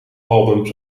albums